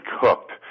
cooked